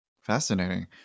fascinating